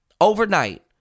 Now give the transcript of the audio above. overnight